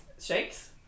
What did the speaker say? Shakes